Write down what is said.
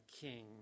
king